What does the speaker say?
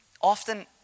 often